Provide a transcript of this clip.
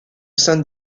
saint